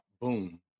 Boom